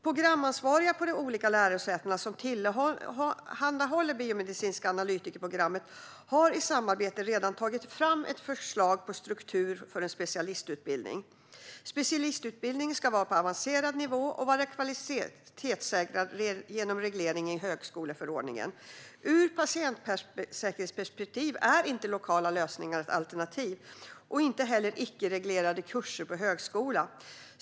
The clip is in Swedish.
Programansvariga på de olika lärosäten som tillhandahåller det biomedicinska analytikerprogrammet har i samarbete redan tagit fram ett förslag till struktur för en specialistutbildning. Specialistutbildning ska vara på avancerad nivå och vara kvalitetssäkrad genom reglering i högskoleförordningen. Ur patientsäkerhetsperspektiv är lokala lösningar inte något alternativ, och inte heller icke-reglerade kurser på högskolan.